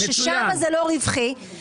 שם זה לא רווחי,